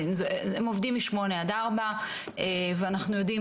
עובדים מ-08:00 עד 16:00 ואנחנו יודעים